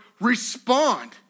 respond